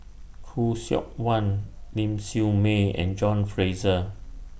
Khoo Seok Wan Ling Siew May and John Fraser